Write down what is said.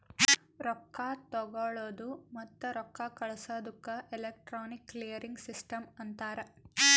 ರೊಕ್ಕಾ ತಗೊಳದ್ ಮತ್ತ ರೊಕ್ಕಾ ಕಳ್ಸದುಕ್ ಎಲೆಕ್ಟ್ರಾನಿಕ್ ಕ್ಲಿಯರಿಂಗ್ ಸಿಸ್ಟಮ್ ಅಂತಾರ್